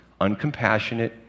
uncompassionate